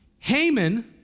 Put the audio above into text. Haman